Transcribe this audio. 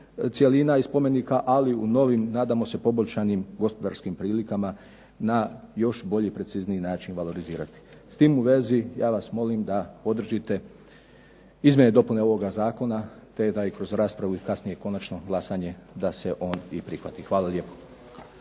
cjelina i spomenika, ali i u novim nadamo se poboljšanim gospodarskim prilikama na još bolji i precizniji način valorizirati. S tim u vezi ja vas molim da podržite izmjene i dopune ovoga zakona, te da ih kroz raspravu i kasnije konačno glasanje da se on i prihvati. Hvala lijepo.